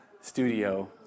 studio